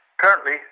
Currently